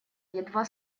едва